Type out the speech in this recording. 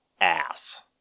ass